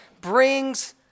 brings